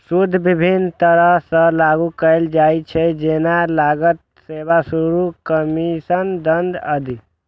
शुल्क विभिन्न तरह सं लागू कैल जाइ छै, जेना लागत, सेवा शुल्क, कमीशन, दंड आदि